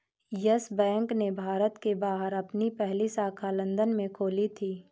yes Bank ने भारत के बाहर अपनी पहली शाखा लंदन में खोली थी